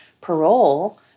parole